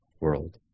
world